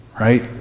right